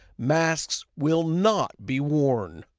masks will not be warn.